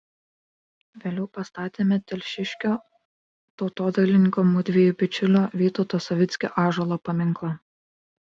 vėliau pastatėme telšiškio tautodailininko mudviejų bičiulio vytauto savickio ąžuolo paminklą